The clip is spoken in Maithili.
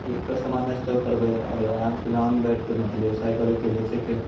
एकरे सामान स्टॉक करबै आओर आराम से गाँवमे बैठके मतलब व्यवसाय करेके बेचेके